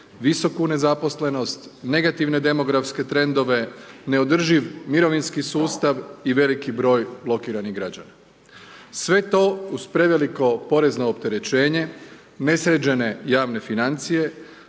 visoku nezaposlenost, negativne demografske trendove, neodrživ mirovinski sustav i veliki broj blokiranih građana sve to uz preveliko porezno opterećenje, ne sređene javne financije,